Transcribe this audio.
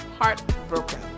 heartbroken